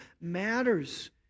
matters